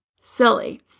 silly